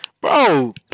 bro